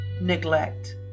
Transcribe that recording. neglect